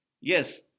Yes